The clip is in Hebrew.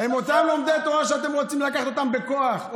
הם אותם לומדי תורה שאתם רוצים לקחת אותם בכוח,